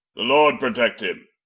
the lord protect him,